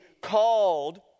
called